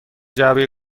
جعبه